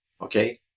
Okay